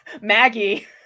Maggie